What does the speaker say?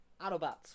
Autobots